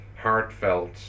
heartfelt